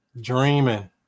Dreaming